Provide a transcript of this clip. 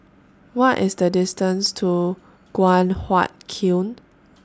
What IS The distance to Guan Huat Kiln